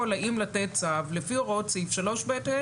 האם לתת צו לפי הוראות סעיף 3(ב)(ה)?